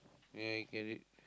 ya I get it